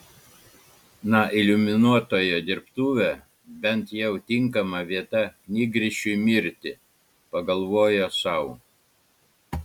na iliuminuotojo dirbtuvė bent jau tinkama vieta knygrišiui mirti pagalvojo sau